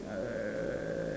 uh